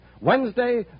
Wednesday